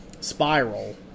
Spiral